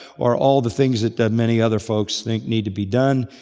or all the things that many other folks think need to be done.